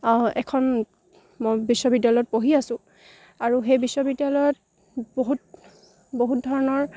এখন মই বিশ্ববিদ্যালয়ত পঢ়ি আছোঁ আৰু সেই বিশ্ববিদ্যালয়ত বহুত বহুত ধৰণৰ